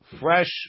fresh